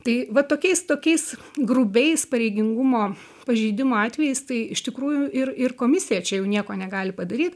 tai vat tokiais tokiais grubiais pareigingumo pažeidimo atvejais tai iš tikrųjų ir ir komisija čia jau nieko negali padaryt